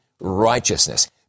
righteousness